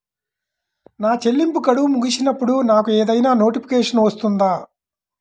నా చెల్లింపు గడువు ముగిసినప్పుడు నాకు ఏదైనా నోటిఫికేషన్ వస్తుందా?